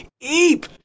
eep